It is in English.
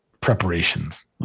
preparations